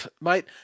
mate